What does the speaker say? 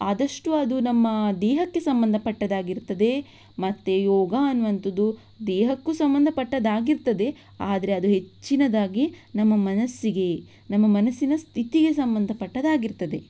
ಆದಷ್ಟು ಅದು ನಮ್ಮ ದೇಹಕ್ಕೆ ಸಂಬಂಧಪಟ್ಟದ್ದಾಗಿರ್ತದೆ ಮತ್ತು ಯೋಗ ಅನ್ನುವಂಥದ್ದು ದೇಹಕ್ಕೂ ಸಂಬಂಧಪಟ್ಟದ್ದಾಗಿರ್ತದೆ ಆದರೆ ಅದು ಹೆಚ್ಚಿನದಾಗಿ ನಮ್ಮ ಮನಸ್ಸಿಗೆ ನಮ್ಮ ಮನಸ್ಸಿನ ಸ್ಥಿತಿಗೆ ಸಂಬಂಧಪಟ್ಟದ್ದಾಗಿರ್ತದೆ